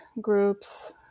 groups